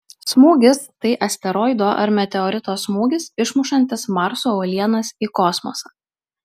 smūgis tai asteroido ar meteorito smūgis išmušantis marso uolienas į kosmosą